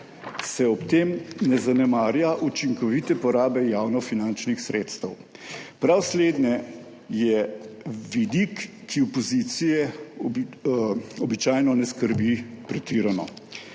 se ob tem ne zanemarja učinkovite porabe javno finančnih sredstev. Prav slednje je vidik, ki opozicije običajno ne skrbi pretirano.